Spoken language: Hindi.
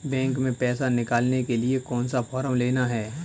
बैंक में पैसा निकालने के लिए कौन सा फॉर्म लेना है?